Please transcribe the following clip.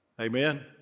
Amen